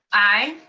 aye.